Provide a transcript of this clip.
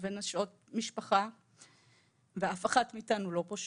ונשות משפחה ואף אחת מאיתנו לא פושעת.